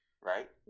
right